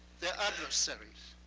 they're adversaries.